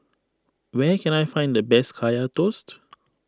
where can I find the best Kaya Toast